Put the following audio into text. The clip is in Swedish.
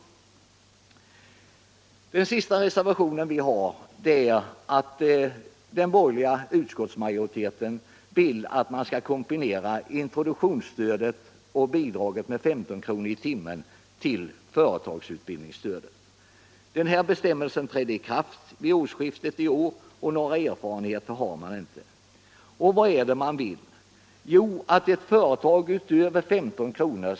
Den sista reservation som jag skall beröra gäller det av den borgerliga utskottsmajoriteten tillstyrkta förslaget om kombination av introduktionsstöd och bidrag med 15 kr. i timmen till företagsutbildning. Den aktuella samordningsföreskriften trädde i kraft vid det senaste årsskiftet, och några erfarenheter av den har ännu inte vunnits. Vad är det man vill? Jo, att ett företag utöver 15 kr.